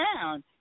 down